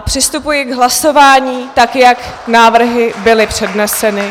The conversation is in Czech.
Přistupuji k hlasování tak, jak návrhy byly předneseny.